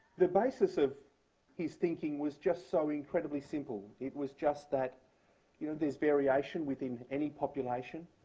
the basis of his thinking was just so incredibly simple. it was just that you know there's variation within any population,